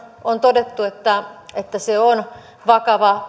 on todettu että että se on vakava